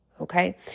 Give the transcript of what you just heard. okay